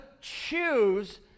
choose